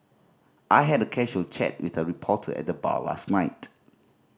I had a casual chat with a reporter at the bar last night